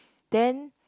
then